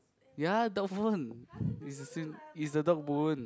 ya dog bone it's the it's the dog bone